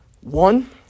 One